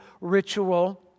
ritual